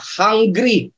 hungry